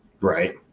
Right